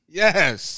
yes